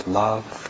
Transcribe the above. love